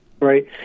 Right